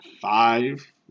five